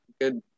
good